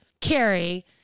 Carrie